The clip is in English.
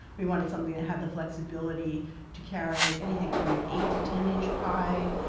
we wanted something that had the flexibility to carry anything from an eight to ten inch pie,